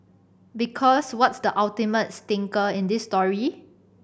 because what's the ultimate stinker in this story